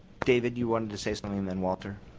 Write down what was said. david you wanted to say something then walter.